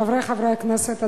חברי חברי הכנסת,